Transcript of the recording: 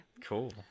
Cool